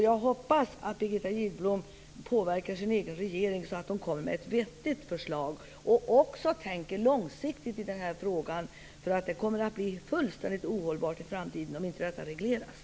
Jag hoppas att Birgitta Gidblom påverkar sin egen regering så att den kommer med ett vettigt förslag och också tänker långsiktigt i den här frågan. Det kommer att bli fullständigt ohållbart i framtiden om inte detta regleras.